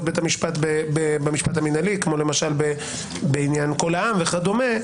בית המשפט במשפט המינהלי בעניין קול העם וכדומה,